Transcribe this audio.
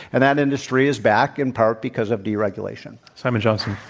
and that industry is back in part because of deregulation. simon johnson.